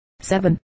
seven